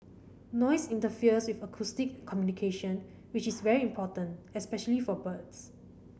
noise interferes with acoustic communication which is very important especially for birds